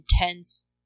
intense